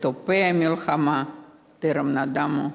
שתופי המלחמה טרם נדמו,